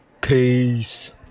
Peace